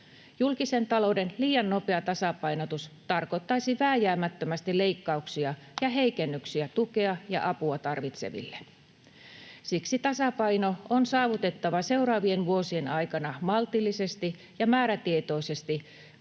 Julkisen talouden liian nopea tasapainotus tarkoittaisi vääjäämättömästi leikkauksia ja heikennyksiä tukea ja apua tarvitseville. Siksi tasapaino on saavutettava seuraavien vuosien aikana maltillisesti ja määrätietoisesti,